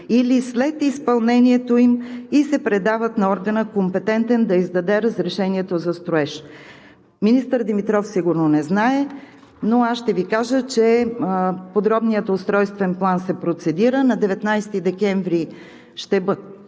или след изпълнението им и се предават на органа, компетентен да издаде разрешението на строеж.“ Министър Димитров сигурно не знае, но аз ще Ви кажа, че подробният устройствен план се процедира. Той е обявен,